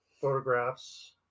photographs